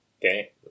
Okay